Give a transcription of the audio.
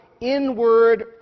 inward